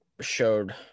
showed